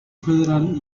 federal